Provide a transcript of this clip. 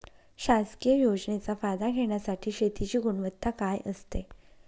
शासकीय योजनेचा फायदा घेण्यासाठी शेतीची गुणवत्ता काय असते?